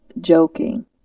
joking